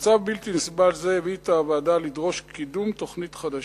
מצב בלתי נסבל זה הביא את הוועדה לדרוש קידום תוכנית חדשה.